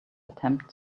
attempt